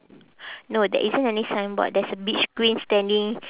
no there isn't any signboard there's a beach queen standing